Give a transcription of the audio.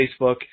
Facebook